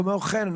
כמו כן,